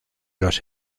los